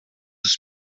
dos